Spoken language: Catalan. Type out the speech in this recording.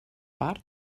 part